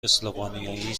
اسلوونیایی